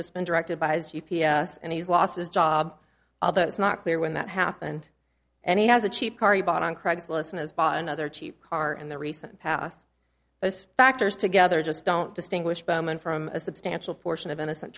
just been directed by his g p s and he's lost his job although it's not clear when that happened and he has a cheap car he bought on craigslist and has bought another cheap car in the recent past those factors together just don't distinguish berman from a substantial portion of innocent